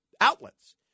outlets